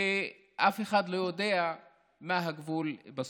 ואף אחד לא יודע מה הגבול בסוף.